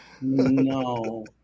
No